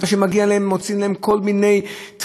על כך שחברות הביטוח יהיו חייבות לשלם